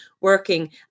working